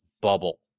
bubble